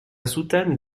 soutane